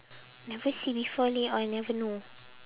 never see before leh or I never know